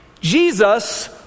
Jesus